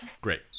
Great